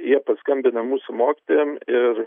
jie paskambina mūsų mokytojam ir